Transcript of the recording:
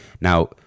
Now